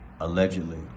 Allegedly